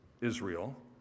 Israel